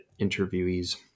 interviewees